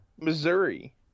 Missouri